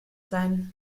sein